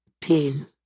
Pain